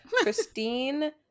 Christine